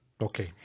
Okay